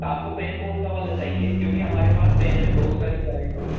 आपको पेन कौनसा वाला चाहिए क्योंकि हमारे पास पेन में बहुत सारी क्वालिटी हैं